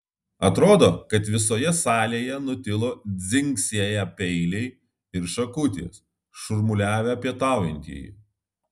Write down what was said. atrodo kad visoje salėje nutilo dzingsėję peiliai ir šakutės šurmuliavę pietaujantieji